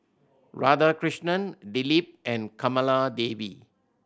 Radhakrishnan Dilip and Kamaladevi